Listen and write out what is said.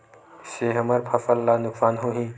से हमर फसल ला नुकसान होही?